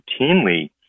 routinely